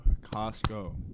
Costco